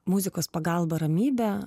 muzikos pagalba ramybę